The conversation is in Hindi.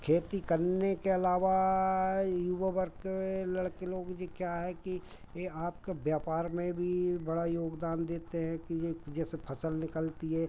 खेती करने के अलावा युवा वर्ग के लड़के लोग यह क्या है कि यह आपके व्यापार में भी बड़ा योगदान देते हैं कि एक जैसे फसल निकलती है